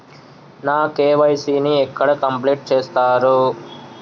నా కే.వై.సీ ని ఎక్కడ కంప్లీట్ చేస్తరు?